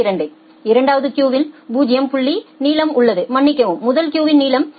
2 இரண்டாவது கியூவின் 0 புள்ளி நீளம் உள்ளது மன்னிக்கவும் முதல் கியூவின் நீளம் 0